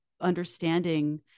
understanding